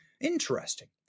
Interesting